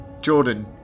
Jordan